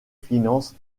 finances